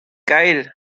geil